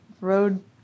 road